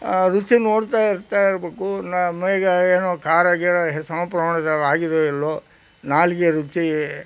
ರುಚಿ ನೋಡ್ತಾ ಇರ್ತಾ ಇರಬೇಕು ನಮ್ಗೆ ಏನೋ ಖಾರ ಗೀರ ಸಮ ಪ್ರಮಾಣದಲ್ಲಿ ಆಗಿದೆಯೋ ಇಲ್ಲವೋ ನಾಲಿಗೆ ರುಚಿ